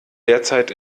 derzeit